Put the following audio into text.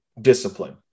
discipline